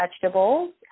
vegetables